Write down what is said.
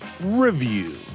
review